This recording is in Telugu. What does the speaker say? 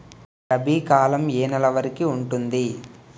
రబీ కాలం ఏ ఏ నెల వరికి ఉంటుంది?